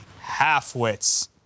halfwits